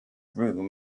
room